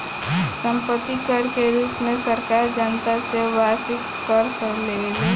सम्पत्ति कर के रूप में सरकार जनता से वार्षिक कर लेवेले